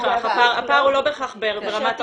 הפער הוא לא בהכרח ברמת החומרה.